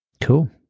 Cool